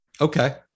Okay